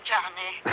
Johnny